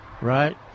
right